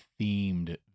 themed